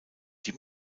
die